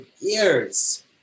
years